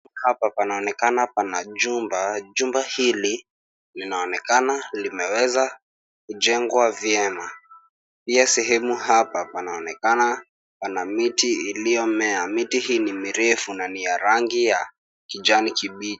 Hapa panaonekana pana jumba, jumba hili linaonekana limewezwa kujengwa vyema. Pia sehemu hapa panaonekana pana miti iliyomea. Miti hii ni mirefu na ni ya rangi ya kijani kibichi.